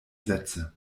sätze